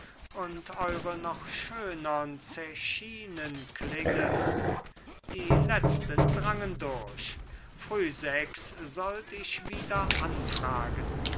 und eure noch schönern zechinen klingen die letzten drangen durch früh sechs sollt ich wieder anfragen